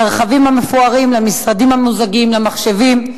לרכבים המפוארים, למשרדים הממוזגים, למחשבים.